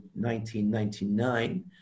1999